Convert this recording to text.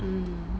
mm